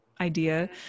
idea